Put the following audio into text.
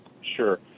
sure